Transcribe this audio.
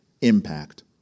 impact